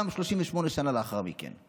גם 38 לאחר מכן.